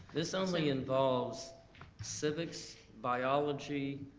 this only involves civics, biology,